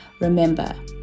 Remember